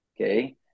Okay